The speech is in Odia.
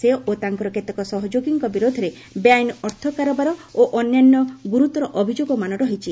ସେ ଓ ତାଙ୍କର କେତେକ ସହଯୋଗୀଙ୍କ ବିରୋଧରେ ବେଆଇନ ଅର୍ଥ କାରବାର ଓ ଅନ୍ୟାନ୍ୟ ଗୁରୁତର ଅଭିଯୋଗମାନ ରହିଛି